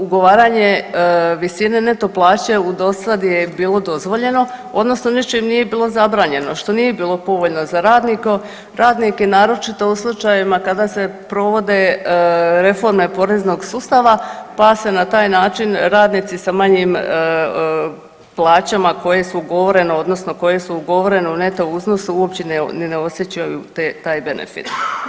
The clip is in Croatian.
Ugovaranje visine neto plaće u dosad je bilo dozvoljeno odnosno ničim nije bilo zabranjeno što nije bilo povoljno za radnike naročito u slučajevima kada se provode reforme poreznog sustava pa se na taj način radnici sa manjim plaćama koje su ugovorene odnosno koje su ugovorene u neto iznosu uopće ni ne osjećaju taj benefit.